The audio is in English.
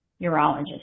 urologist